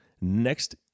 next